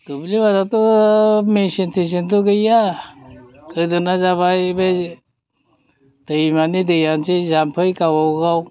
दुब्लि बारियावथ' मेसिन थेसिनथ' गैया गोदोना जाबाय बै दैमानि दैयानोसै जाम्फै गावबागाव